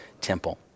temple